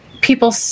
People